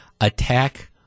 attack